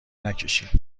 نکشی